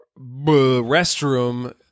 restroom